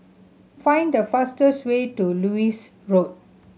find the fastest way to Lewis Road